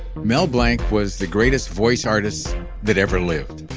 mel blanc was the greatest voice artist that ever lived.